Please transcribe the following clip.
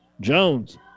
Jones